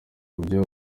byo